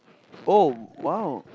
oh !wow!